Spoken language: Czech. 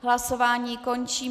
Hlasování končím.